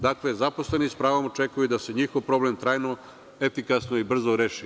Dakle, zaposleni s pravom očekuju da se njihov problem trajno, efikasno i brzo reši.